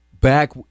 back